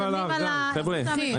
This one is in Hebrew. חבר'ה,